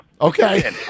Okay